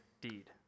deed